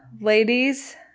ladies